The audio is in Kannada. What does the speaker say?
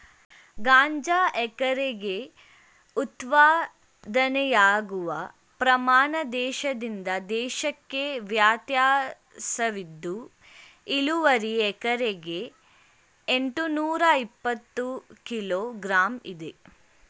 ಗಾಂಜಾ ಎಕರೆಗೆ ಉತ್ಪಾದನೆಯಾಗುವ ಪ್ರಮಾಣ ದೇಶದಿಂದ ದೇಶಕ್ಕೆ ವ್ಯತ್ಯಾಸವಿದ್ದು ಇಳುವರಿ ಎಕರೆಗೆ ಎಂಟ್ನೂರಇಪ್ಪತ್ತು ಕಿಲೋ ಗ್ರಾಂ ಇದೆ